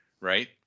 right